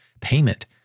payment